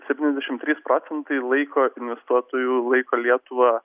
septyniasdešimt trys procentai laiko investuotojų laiko lietuvą